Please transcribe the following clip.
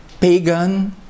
pagan